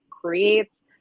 creates